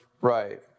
Right